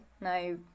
no